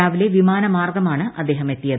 രാവിലെ വിമാന മാർഗ്ഗമാണ് അദ്ദേഹം എത്തിയത്